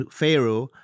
Pharaoh